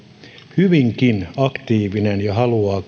hyvinkin aktiivinen ja haluaa